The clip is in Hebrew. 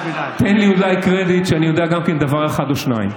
תן לי אולי קרדיט שגם אני יודע דבר אחד או שניים.